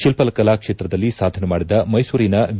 ಶಿಲ್ಪಕಲಾ ಕ್ಷೇತ್ರದಲ್ಲಿ ಸಾಧನೆ ಮಾಡಿದ ಮೈಸೂರಿನ ವಿ